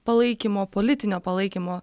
palaikymo politinio palaikymo